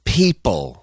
people